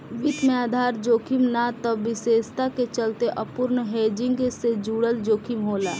वित्त में आधार जोखिम ना त विशेषता के चलते अपूर्ण हेजिंग से जुड़ल जोखिम होला